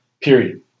Period